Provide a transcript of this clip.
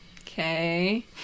okay